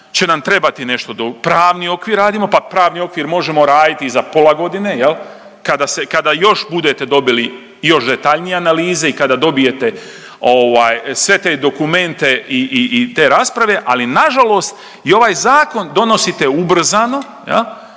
će nam trebati nešto, pravni okvir radimo, pa pravni okvir možemo raditi i za pola godine kada još budete dobili još detaljnije analize i kada dobijete sve te dokumente i te rasprave. Ali nažalost i ovaj zakon donosite ubrzano